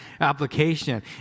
application